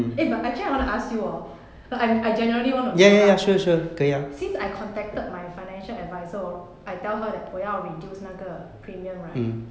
eh but actually I wanna ask you hor like I'm I generally wanna know lah since I contacted my financial adviser hor I tell her that 我要 reduce 那个 premium right